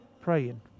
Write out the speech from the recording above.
praying